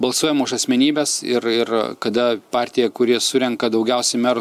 balsuojama už asmenybes ir ir kada partija kuri surenka daugiausiai merų